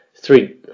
three